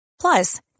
plus